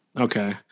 Okay